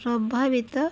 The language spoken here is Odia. ପ୍ରଭାବିତ